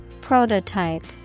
Prototype